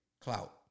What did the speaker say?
clout